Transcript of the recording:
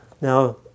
Now